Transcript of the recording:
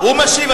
הוא משיב.